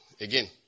again